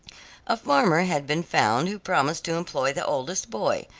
a farmer had been found who promised to employ the oldest boy,